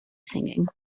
singing